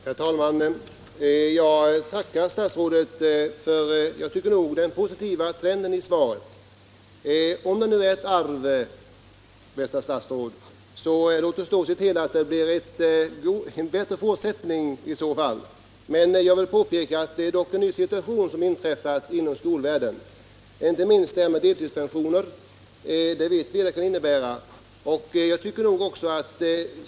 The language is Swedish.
Herr talman! Jag tackar statsrådet för den som jag tycker positiva trenden i svaret. Om den nuvarande situationen är ett arv från tidigare, bästa fru statsråd, låt oss då se till att det blir en bättre fortsättning. Jag vill dock påpeka att en ny situation inträffat inom skolvärlden, inte minst med anledning av tillkomsten av delpensionerna. Vi vet vad detta kan innebära.